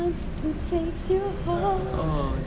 who takes you home